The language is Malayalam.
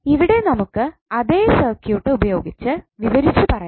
ഇവിടെ നമുക്ക് അതേ സർക്യൂട്ട് ഉപയോഗിച്ച് വിവരിച്ചു പറയാം